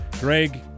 Greg